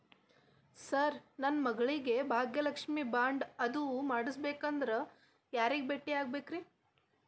Sir ನನ್ನ ಮಗಳಿಗೆ Bhagyalakshmi bond ಅದು ಮಾಡಿಸಬೇಕೆಂದು ಯಾರನ್ನ ಭೇಟಿಯಾಗಬೇಕ್ರಿ?